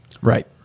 Right